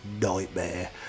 nightmare